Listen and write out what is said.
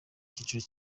cyiciro